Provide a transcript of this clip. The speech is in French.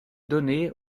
données